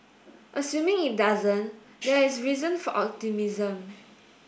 assuming it doesn't there is reason for optimism